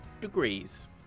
degrees